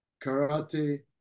karate